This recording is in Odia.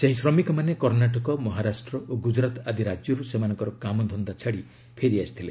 ସେହି ଶ୍ରମିକମାନେ କର୍ଣ୍ଣାଟକ ମହାରାଷ୍ଟ୍ର ଓ ଗୁଜରାତ ଆଦି ରାଜ୍ୟରୁ ସେମାନଙ୍କର କାମଧନ୍ଦା ଛାଡ଼ି ଫେରି ଆସିଥିଲେ